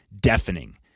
deafening